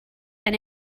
and